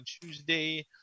Tuesday